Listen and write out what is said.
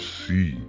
see